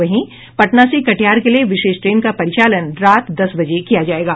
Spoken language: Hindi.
वहीं पटना से कटिहार के लिए विशेष ट्रेन का परिचालन रात दस बजे किया जाएगा